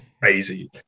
crazy